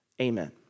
Amen